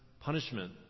punishment